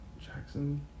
Jackson